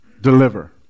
deliver